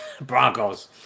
Broncos